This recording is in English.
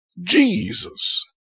Jesus